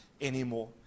anymore